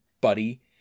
buddy